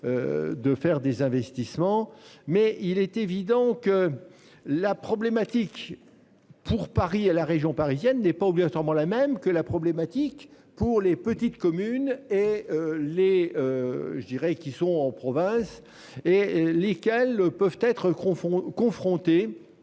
De faire des investissements mais il est évident que la problématique. Pour Paris et la région parisienne n'est pas obligatoirement la même que la problématique pour les petites communes et les. Je dirais qu'ils sont en province et lesquels peuvent être confond